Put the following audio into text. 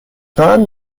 دارند